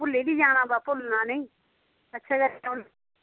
भुल्ली बी जाना बाऽ भुल्लना नेईं अच्छा